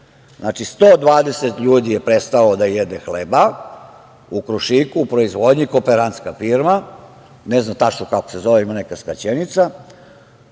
Znači, 120 ljudi je prestalo da jede hleba u Krušiku u proizvodnji, kooperantska firma, ne znam tačno kako se zove ima neka skraćenica,